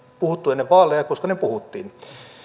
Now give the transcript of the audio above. puhuttu ennen vaaleja koska ne puhuttiin